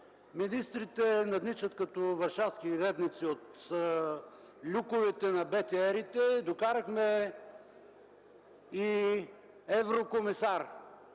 министрите надничат като варшавски редници от люковете на БТР-ите, докарахме и еврокомисар.